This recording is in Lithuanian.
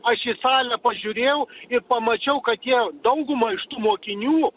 aš į salę pažiūrėjau ir pamačiau kad jie dauguma iš tų mokinių